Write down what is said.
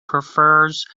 prefers